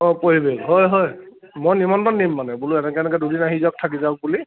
অঁ পৰিৱেশ হয় হয় মই নিমন্ত্ৰণ দিম মানে বোলো এনেকৈ এনেকৈ দুদিন আহি যওক থাকি যাওক বুলি